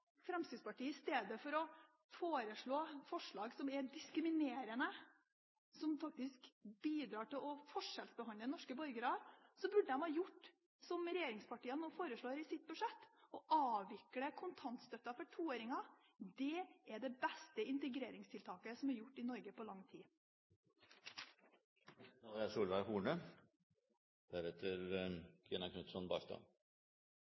Fremskrittspartiet istedenfor å komme med forslag som er diskriminerende, og som faktisk bidrar til å forskjellsbehandle norske borgere, gjør som regjeringspartiene nå foreslår i sitt budsjett: å avvikle kontantstøtten for 2-åringene. Det er det beste integreringstiltaket som er gjort i Norge på lang